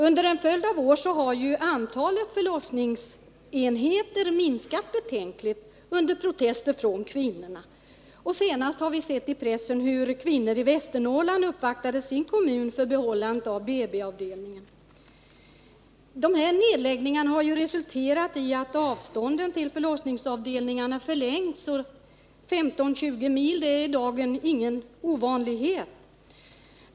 Under en följd av'år har antalet förlossningsenheter reducerats betänkligt under protester från kvinnorna. Senast har vi sett i pressen hur kvinnor i Västernorrland uppvaktade sin kommun för att få behålla en BB avdelning. Nedläggningarna har resulterat i att avstånden till förlossningsavdelningarna förlängs. 15-20 mil är i dag ingen ovanlighet.